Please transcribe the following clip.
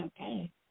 okay